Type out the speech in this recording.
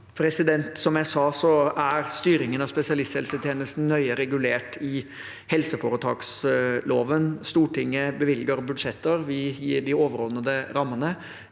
Som jeg sa, er styringen av spesialisthelsetjenesten nøye regulert i helseforetaksloven. Stortinget bevilger budsjetter, og vi gir de overordnede rammene.